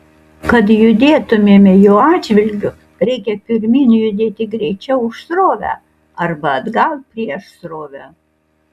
kad judėtumėme jo atžvilgiu reikia pirmyn judėti greičiau už srovę arba atgal prieš srovę